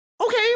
Okay